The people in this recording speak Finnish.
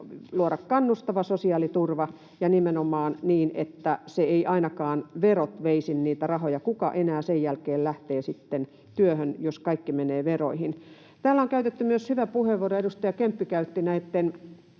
luoda kannustava sosiaaliturva ja nimenomaan niin, että ainakaan verot eivät veisi niitä rahoja. Kuka enää sen jälkeen lähtee sitten työhön, jos kaikki menee veroihin? Täällä on käytetty myös hyvä puheenvuoro, jonka edustaja Kemppi käytti